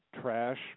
trash